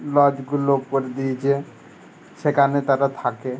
লজগুলো করে দিয়েছে সেখানে তারা থাকে